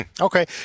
Okay